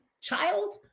child